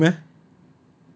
really meh